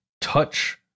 touch